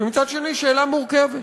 ומצד שני, שאלה מורכבת.